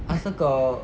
asal kau